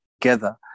together